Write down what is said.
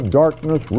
darkness